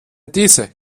these